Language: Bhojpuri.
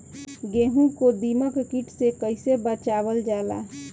गेहूँ को दिमक किट से कइसे बचावल जाला?